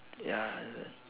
ya